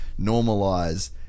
normalize